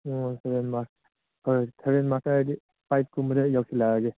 ꯑꯣ ꯁꯦꯚꯦꯟ ꯃꯥꯔꯁ seven marks ꯍꯥꯏꯔꯗꯤ ꯑꯩꯠꯀꯨꯝꯕꯗ ꯌꯧꯁꯜꯂꯛꯑꯒꯦ